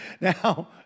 Now